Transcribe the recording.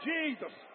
Jesus